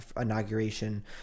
inauguration